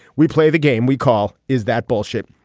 we play the game we call is that bullshit.